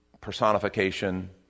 personification